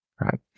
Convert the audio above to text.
right